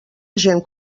agent